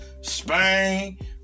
Spain